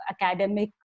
academic